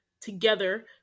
together